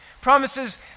Promises